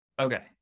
Okay